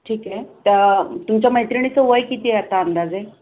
ठीक आहे तर तुमच्या मैत्रिणीचं वय किती आहे आता अंदाजे